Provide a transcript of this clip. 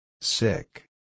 Sick